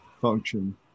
function